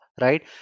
right